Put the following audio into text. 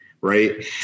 right